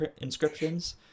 inscriptions